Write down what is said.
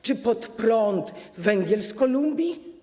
Czy pod prąd węgiel z Kolumbii?